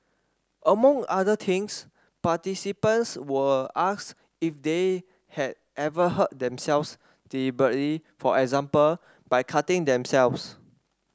among other things participants were if they had ever hurt themselves deliberately for example by cutting themselves